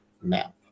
map